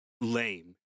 lame